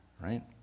Right